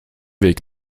weg